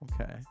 okay